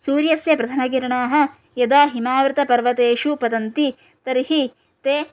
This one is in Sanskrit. सूर्यस्य प्रथमकिरणाः यदा हिमावृतपर्वतेषु पतन्ति तर्हि ते